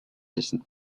distant